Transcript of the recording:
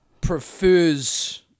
prefers